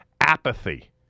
apathy